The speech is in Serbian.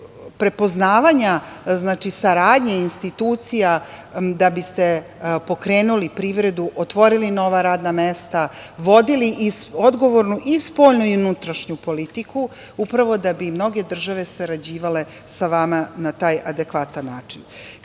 prepoznavanja saradnje institucija da bi ste pokrenuli privredu, otvorili nova rada mesta, vodili odgovornu i spoljnu i unutrašnju politiku, upravo da bi mnoge države sarađivale sa vama na taj adekvatan način. Kada